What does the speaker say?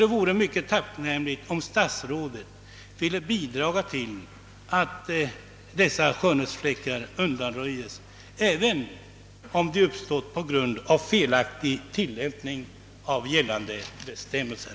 Det vore mycket tacknämligt om statsrådet ville bidra till att dessa skönhetsfläckar undanröjs, även om de uppstått på grund av felaktig tillämpning av gällande bestämmelser.